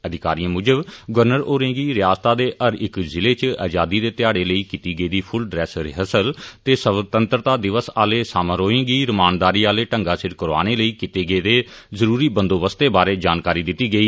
अधिकारिए मुजब गवर्नर होरें'गी रिआसत दे हर इक जिले च आजादी दे घ्याड़े लेई कीती गेदी फुल ड्रेस रिहर्सल ते सुतैंतरता दिवस आह्ले समारोहें गी रमानदारी आह्ले ढंग्गै सिर करोआने लेई कीते गेदे जरूरी बंदोबस्तें बारै जानकारी दित्ती गेई